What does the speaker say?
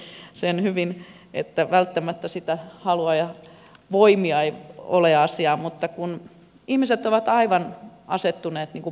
ymmärrän kyllä sen hyvin että välttämättä sitä halua ja voimia ei ole asiaan mutta ihmiset ovat asettuneet aivan niin kuin pattitilanteeseen